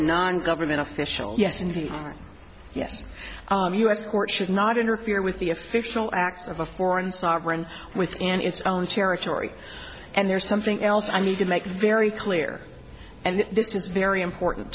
non government official yes indeed yes u s courts should not interfere with the official acts of a foreign sovereign within its own territory and there's something else i need to make very clear and this is very important